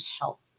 help